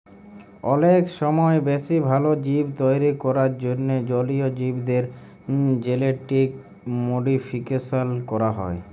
অলেক ছময় বেশি ভাল জীব তৈরি ক্যরার জ্যনহে জলীয় জীবদের জেলেটিক মডিফিকেশল ক্যরা হ্যয়